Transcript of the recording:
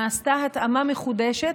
נעשתה התאמה מחודשת,